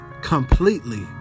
Completely